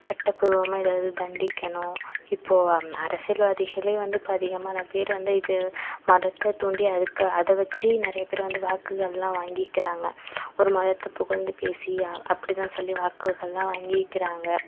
சட்டப்பூர்வமாக ஏதாவது தண்டிக்கணும் இப்போது அரசியல்வாதிகளே வந்து இப்போ அதிகமான பேர் வந்து இது மதத்தை தூண்டி அதுக்கு அதை வச்சு நிறைய பேர் வந்து வாக்குகளெலாம் வாங்கிக்கிறாங்க ஒரு மதத்தை புகழ்ந்து பேசி அப்படி தான் சொல்லி வாக்குகளெலாம் வாங்கிக்கிறாங்க